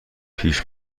پیش